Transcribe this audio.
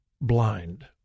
blind